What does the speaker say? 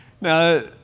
Now